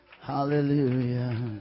Hallelujah